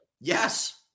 Yes